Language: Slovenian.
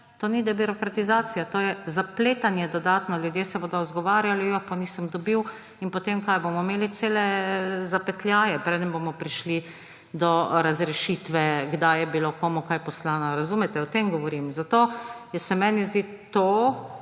to ni debirokratizacija, to je dodatno zapletanje. Ljudje se bodo izgovarjali, ja, pa nisem dobil. In potem – kaj? Bomo imeli cele zaplete, preden bomo prišli do razrešitve, kdaj je bilo komu kaj poslano. Razumete? O tem govorim. Zato se meni zdi to